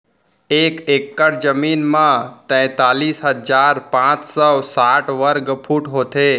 एक एकड़ जमीन मा तैतलीस हजार पाँच सौ साठ वर्ग फुट होथे